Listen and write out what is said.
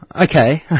okay